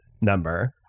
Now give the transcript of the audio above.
number